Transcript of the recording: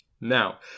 Now